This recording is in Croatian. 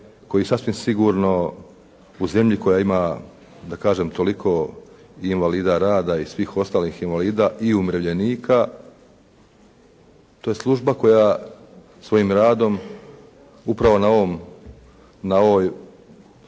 koji sasvim sigurno u zemlji koja ima da kažem toliko invalida rada i svih ostalih invalida i umirovljenika, to je služba koja svojim radom upravo na ovoj, na